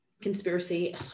conspiracy